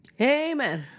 Amen